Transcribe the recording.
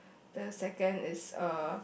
the second is a